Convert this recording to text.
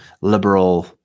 liberal